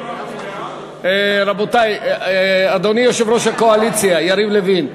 אדוני, יושב-ראש הקואליציה, יריב לוין,